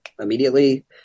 immediately